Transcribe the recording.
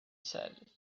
said